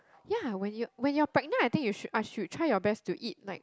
ya when you when you are pregnant I think you should uh should try your best to eat like